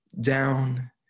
down